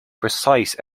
precise